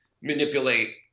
manipulate